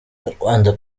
abanyarwanda